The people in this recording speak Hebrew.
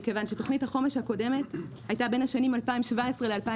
מכיוון שתוכנית החומש הקודמת הייתה בין השנים 2017 ל-2021,